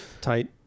Tight